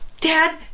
Dad